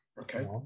Okay